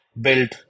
built